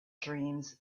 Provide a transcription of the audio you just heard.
dreams